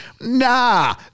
Nah